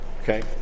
okay